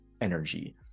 energy